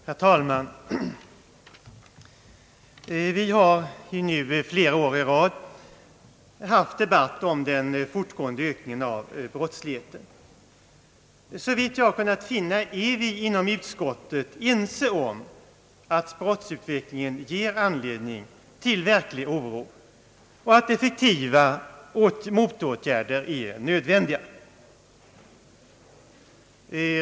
Herr talman! Vi har nu under flera år i rad haft debatt om den fortgående ökningen av brottsligheten. Såvitt jag har kunnat finna är vi inom utskottet ense om att brottsutvecklingen ger anledning till verklig oro och att effektiva motåtgärder är nödvändiga.